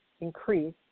increase